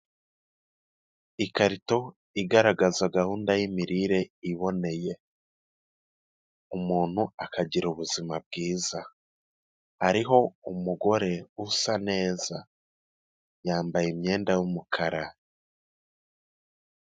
Ikarito igaragaza gahunda y'imirire iboneye, umuntu akagira ubuzima bwiza. Hariho umugore usa neza, yambaye imyenda y'umukara.